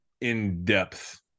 in-depth